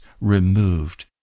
removed